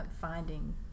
finding